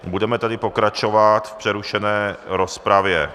Budeme tedy pokračovat v přerušené rozpravě.